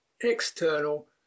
external